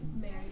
Mary